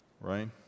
right